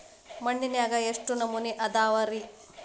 ಮಣ್ಣಿನಾಗ ಎಷ್ಟು ನಮೂನೆ ಅದಾವ ರಿ?